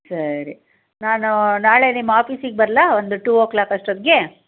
ಸರಿ ನಾನು ನಾಳೆ ನಿಮ್ಮ ಆಫೀಸಿಗೆ ಬರಲಾ ಒಂದು ಟೂ ಒ ಕ್ಲಾಕ್ ಅಷ್ಟೊತ್ತಿಗೆ